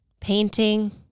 painting